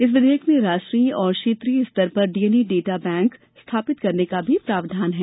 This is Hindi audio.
इस विधेयक में राष्ट्रीय और क्षेत्रीय स्तर पर डीएनए डाटा बैंक स्थापित करने का भी प्रावधान है